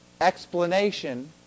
explanation